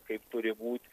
kaip turi būt